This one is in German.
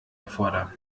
erfordern